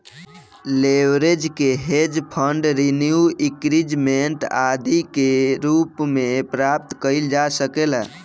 leverage के hedge fund renew increment आदि के रूप में प्राप्त कईल जा सकेला